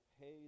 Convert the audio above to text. pay